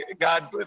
God